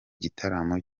gitaramo